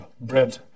bread